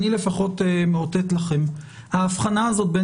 אני לפחות מאותת לכם שההבחנה הזאת בין